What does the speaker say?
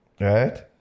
Right